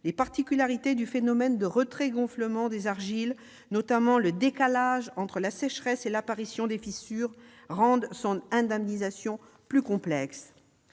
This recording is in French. Les particularités du phénomène de retrait-gonflement des argiles, notamment le décalage entre la sécheresse et l'apparition des fissures, rendent l'indemnisation plus complexe.